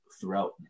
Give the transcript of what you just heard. throughout